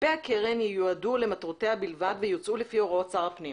כספי הקרן יועדו למטרותיה בלבד ויוצאו לפי הוראות שר הפנים."